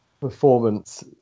performance